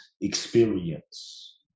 experience